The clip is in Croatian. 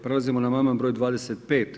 Prelazimo na amandman br. 25.